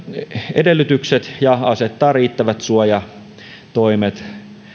edellytykset ja asettaa riittävät suojatoimet